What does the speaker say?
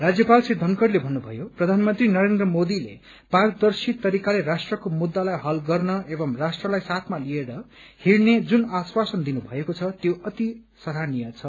राज्यपाल श्री धनखड़ले भन्नुभयो प्रधानमन्त्री नरेन्द्र मोदीले पारदर्शी तरिकले राष्ट्रको मुद्दालाई हल गर्न एवं राष्ट्रलाई साथमा लिएर हिँडने जुन आश्वासन दिनु भएको छ त्यो अति सराहनीय छ